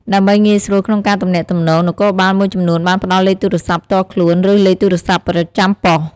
ដើម្បីងាយស្រួលក្នុងការទំនាក់ទំនង នគរបាលមួយចំនួនបានផ្តល់លេខទូរស័ព្ទផ្ទាល់ខ្លួន ឬលេខទូរស័ព្ទប្រចាំប៉ុស្តិ៍។